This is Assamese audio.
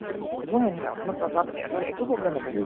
একো নাই আপোনাৰ তাত তাত এটাত একো প্ৰ'ব্লেম নাপায়